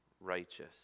righteous